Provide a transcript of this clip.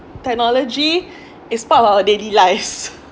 technology is part of our daily lives